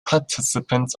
participant